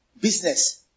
business